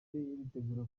iritegura